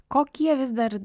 kokie vis dar